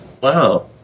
Wow